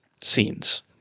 scenes